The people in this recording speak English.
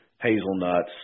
hazelnuts